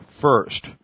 first